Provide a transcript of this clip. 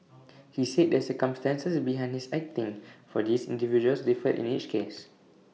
he said the circumstances behind his acting for these individuals differed in each case